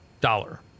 dollar